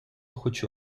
хочу